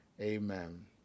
Amen